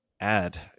add